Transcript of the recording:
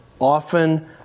often